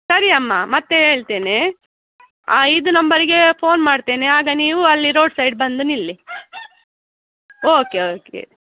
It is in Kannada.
ಸರಿ ಅಮ್ಮ ಮತ್ತೆ ಹೇಳ್ತೇನೆ ಹಾಂ ಇದು ನಂಬರಿಗೆ ಫೋನ್ ಮಾಡ್ತೇನೆ ಆಗ ನೀವು ಅಲ್ಲಿ ರೋಡ್ ಸೈಡ್ ಬಂದು ನಿಲ್ಲಿ ಓಕೆ ಓಕೆ